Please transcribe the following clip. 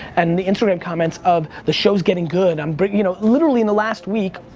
and the instagram comments of the show's getting good, i'm bringing, you know, literally in the last week,